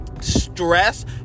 stress